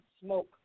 smoke